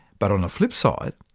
but on the flipside,